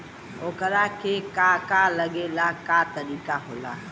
ओकरा के का का लागे ला का तरीका होला?